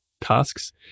tasks